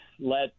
let